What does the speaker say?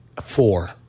four